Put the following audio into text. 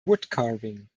woodcarving